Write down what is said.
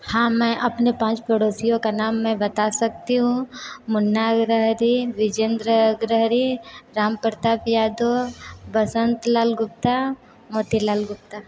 हाँ मैं अपने पाँच पड़ोसियों का नाम मैं बता सकती हूँ मुन्ना अग्रहरी विजेंद्र अग्रहरी रामप्रताप यादव वसंत लाल गुप्ता मोतीलाल गुप्ता